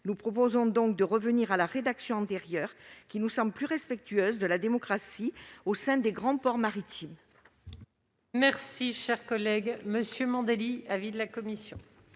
Nous proposons donc de revenir à la rédaction antérieure, qui nous semble plus respectueuse de la démocratie au sein des grands ports maritimes. Quel est l'avis de la commission